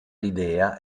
l’idea